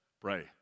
pray